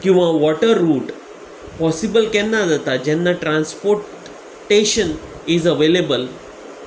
किंवां water route possible केन्ना जाता जेन्ना ट्रानसपोटेशन इज अवेलेबल